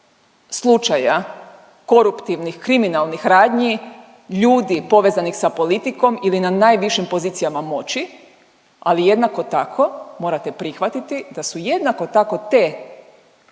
slučaja koruptivnih, kriminalnih radnji ludi povezanih sa politikom ili na najvišim pozicijama moći, ali jednako tako morate prihvatiti da su jednako tako te